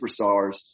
superstars